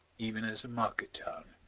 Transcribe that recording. even as a market town.